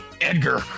Edgar